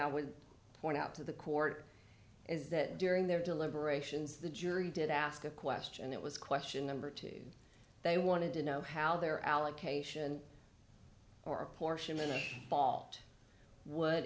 i would point out to the court is that during their deliberations the jury did ask a question it was question number two they wanted to know how their allocation or a portion of fault would